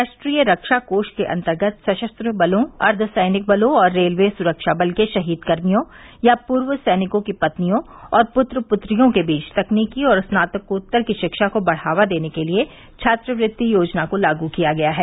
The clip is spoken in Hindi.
राष्ट्रीय रक्षा कोष के अन्तर्गत सशस्त्र बलों अर्ध सैनिक बलों और रेलवे सुरक्षा बल के शहीद कर्मियों या पूर्व सैनिकों की पत्नियों और पुत्र पुत्रियों के बीच तकनीकी और स्नातकोत्तर की रिक्षा को बढ़ावा देने के लिए छात्रवृत्ति योजना लागू किया गया है